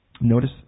Notice